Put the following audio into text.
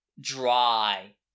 dry